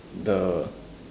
the